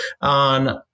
on